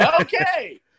Okay